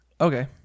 Okay